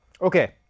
Okay